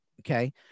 Okay